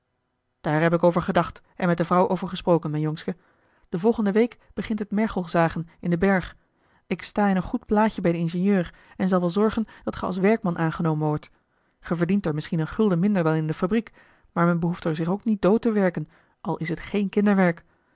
daar heb ik over gedacht en met de vrouw over gesproken mijn jongske de volgende week begint het mergelzagen in den berg ik sta in een goed blaadje bij den ingenieur en zal wel zorgen dat ge als werkman aangenomen wordt ge verdient er misschien een gulden minder dan in de fabriek maar men behoeft er zich ook niet dood te werken al is het geen kinderwerk